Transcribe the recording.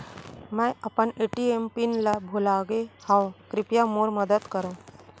मै अपन ATM PIN ला भूलागे हव, कृपया मोर मदद करव